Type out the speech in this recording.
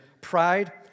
pride